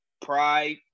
pride